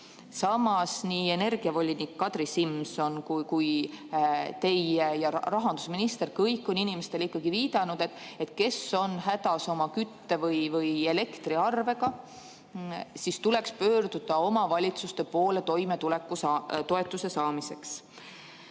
Samas nii energiavolinik Kadri Simson kui ka teie ja rahandusminister olete inimestele ikkagi viidanud, et kes on hädas oma kütte‑ või elektriarvega, sel tuleks pöörduda omavalitsuse poole toimetulekutoetuse saamiseks.